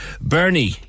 Bernie